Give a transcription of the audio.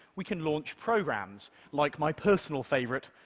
we can launch programs like my personal favorite,